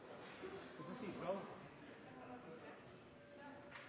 kan